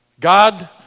God